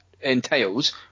entails